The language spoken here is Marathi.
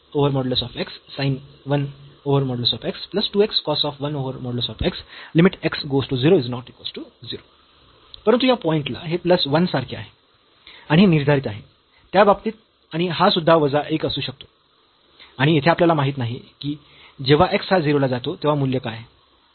axis सोबत परंतु या पॉईंट ला हे प्लस 1 यासारखे आहे आणि हे निर्धारित आहे त्या बाबतीत आणि हा सुद्धा वजा 1 असू शकतो आणि येथे आपल्याला माहीत नाही की जेव्हा x हा 0 ला जातो तेव्हा मूल्य काय आहे